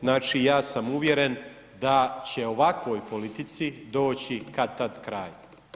Znači ja sam uvjeren da će ovakvoj politici doći kad-tad kraj.